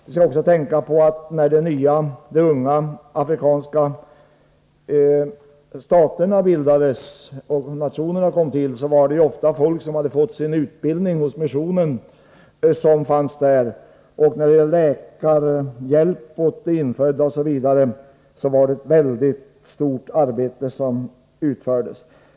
Vi skall också tänka på att det i de unga afrikanska nationerna som bildades fanns folk som hade fått sin utbildning hos missionen. Ett omfattande arbete utfördes av missionen också när det gällde läkarhjälp till de infödda.